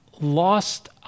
lost